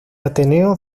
ateneo